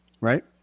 Right